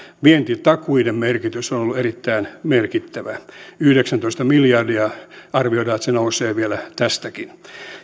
vientitakuiden merkitys on ollut erittäin merkittävä arvioidaan että yhdeksäntoista miljardia se nousee vielä tästäkin